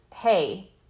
hey